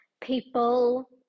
people